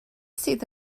sydd